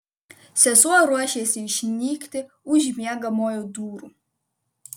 sesuo ruošėsi išnykti už miegamojo durų